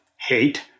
hate